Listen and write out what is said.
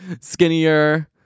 skinnier